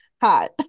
Hot